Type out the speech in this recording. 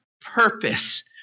purpose